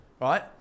Right